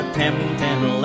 tempting